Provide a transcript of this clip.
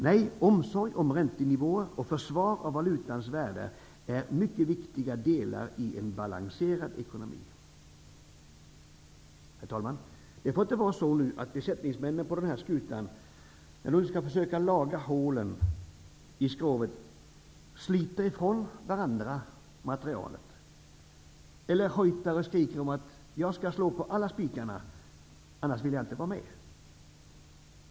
Nej, omsorg om räntenivåer och försvar av valutans värde är mycket viktiga delar i en balanserad ekonomi. Herr talman! Det får inte vara så att besättningsmännen på den här skutan, när de skall försöka laga hålen i skrovet, sliter ifrån varandra materialet eller hojtar och skriker: Jag skall slå på alla spikarna, annars vill jag inte vara med.